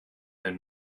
their